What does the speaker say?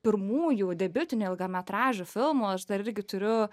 pirmųjų debiutinių ilgametražių filmų aš dar irgi turiu